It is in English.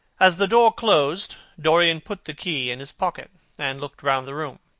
as the door closed, dorian put the key in his pocket and looked round the room.